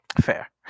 Fair